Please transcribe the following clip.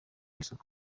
isoko